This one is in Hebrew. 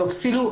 או אפילו,